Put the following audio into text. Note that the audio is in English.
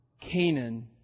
Canaan